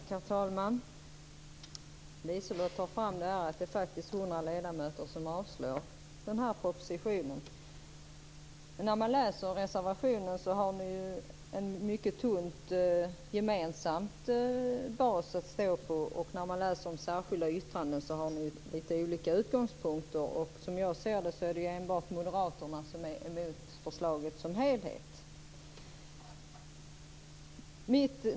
Herr talman! Liselotte Wågö tar fram att det faktiskt är 100 ledamöter som avstyrker propositionen. Men när man läser reservationen ser man att ni har en mycket tunn gemensam bas att stå på. När man läser de särskilda yttrandena finner man att ni har litet olika utgångspunkter. Som jag ser det är det enbart moderaterna som är emot förslaget som helhet.